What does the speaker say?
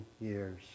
years